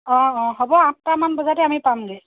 অঁ অঁ হ'ব আঠটামান বজাতে আমি পামগে